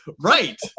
Right